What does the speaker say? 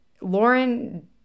Lauren